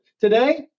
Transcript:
Today